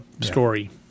story